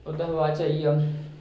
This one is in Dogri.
ओह्दे बाद च आई गेआ